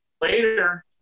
later